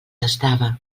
estava